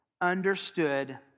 understood